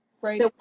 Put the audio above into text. Right